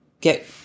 Get